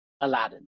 aladdin